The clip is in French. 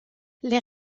les